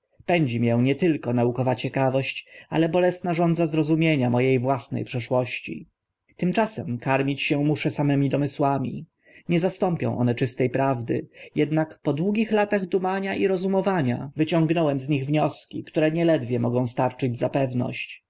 pędzi mię nie tylko naukowa ciekawość ale bolesna żądza zrozumienia mo e własne przeszłości tymczasem karmić się muszę samymi domysłami nie zastąpią one czyste prawdy ednak po długich latach dumania i rozumowania wyciągnąłem z nich wnioski które nieledwie mogą starczyć za pewność